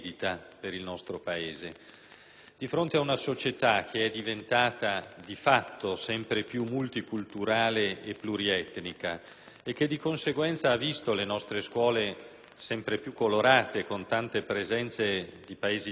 Di fronte ad una società diventata, di fatto, sempre più multiculturale e plurietnica e che, di conseguenza, ha visto le nostre scuole sempre più colorate con tante presenze di Paesi diversi nelle nostre classi,